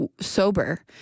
sober